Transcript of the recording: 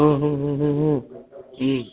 ಹ್ಞೂ ಹ್ಞೂ ಹ್ಞೂ ಹ್ಞೂ ಹ್ಞೂ ಹ್ಞೂ